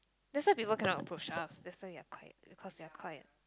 that's why people cannot approach us that's why we're quiet because we're quiet